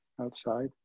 outside